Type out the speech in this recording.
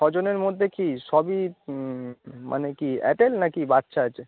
ছ জনের মধ্যে কি সবই মানে কি আডাল্ট নাকি বাচ্ছা আছে